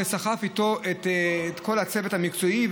וסחף איתו את כל הצוות המקצועי.